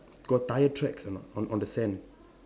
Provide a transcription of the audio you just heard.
got tyre tracks or not on on the sand